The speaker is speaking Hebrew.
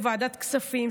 בוועדת הכספים,